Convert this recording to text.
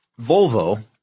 Volvo